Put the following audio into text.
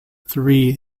three